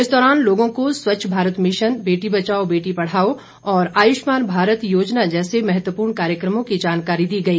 इस दौरान लोगों को स्वच्छ भारत मिशन बेटी बचाओ बेटी पढ़ाओ और आयुषमान भारत योजना जैसे महत्वपूर्ण कार्यक्रमों की जानकारी दी गई